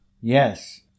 Yes